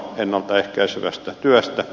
ennalta ehkäisevästä työstä